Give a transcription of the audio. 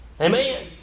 Amen